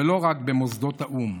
ולא רק במוסדות האו"ם.